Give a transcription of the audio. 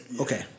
Okay